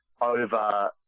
over